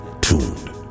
tuned